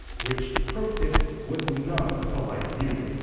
which, pro tip, was not the polite you!